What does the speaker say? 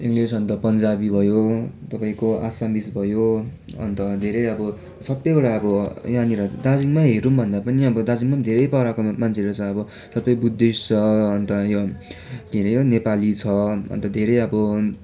English अन्त पन्जाबी भयो तपाईँको आसामिज भयो अन्त धेरै अब सबैवटा अब यहाँनेर दार्जिलिङमै हेर्यौँ भन्दा पनि अब दार्जिलिङमै धेरै पाराको मान्छेहरू छ अब सबै बुद्धिस्ट छ अन्त यो के अरे यो नेपाली छ अन्त धेरै अब